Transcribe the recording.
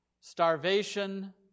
starvation